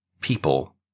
people